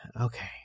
Okay